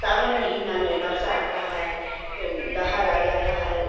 अथी सावन महीना में वर्षा आता है तो दहर आ जाता है